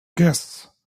guests